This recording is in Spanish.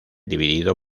dividido